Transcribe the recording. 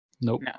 Nope